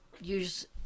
use